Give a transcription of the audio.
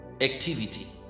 activity